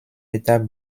étape